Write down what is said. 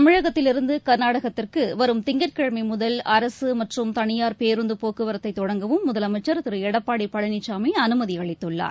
தமிழகத்திலிருந்துகர்நாடகத்திற்குவரும் அரசுமற்றும் தனியார் பேருந்துபோக்குவரத்தைதொடங்கவும் முதலமைச்சர் திருஎடப்பாடிபழனிசாமிஅனுமதிஅளித்துள்ளார்